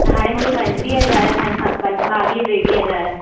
हाणे मूंखे पंजवीह हज़ार खनि खपनि ॿावीह टेवीह हज़ार